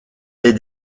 est